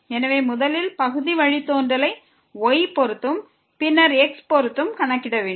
எனவே முதலில் பகுதி வழித்தோன்றலை y பொறுத்தும் பின்னர் x பொறுத்தும் கணக்கிட வேண்டும்